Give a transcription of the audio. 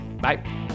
Bye